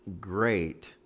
great